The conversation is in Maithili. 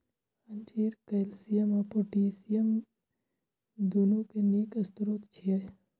अंजीर कैल्शियम आ पोटेशियम, दुनू के नीक स्रोत छियै